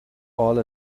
all